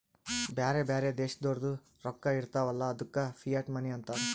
ಬ್ಯಾರೆ ಬ್ಯಾರೆ ದೇಶದೋರ್ದು ರೊಕ್ಕಾ ಇರ್ತಾವ್ ಅಲ್ಲ ಅದ್ದುಕ ಫಿಯಟ್ ಮನಿ ಅಂತಾರ್